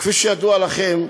כפי שידוע לכם,